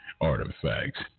Artifacts